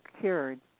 cured